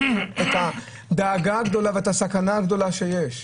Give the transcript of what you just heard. את הדאגה הגדולה ואת הסכנה הגדולה שיש.